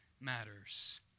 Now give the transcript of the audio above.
matters